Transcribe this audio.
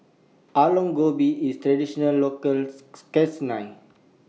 Aloo Gobi IS Traditional Local